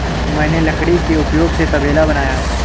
मैंने लकड़ी के उपयोग से तबेला बनाया